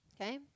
Okay